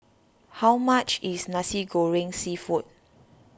how much is Nasi Goreng Seafood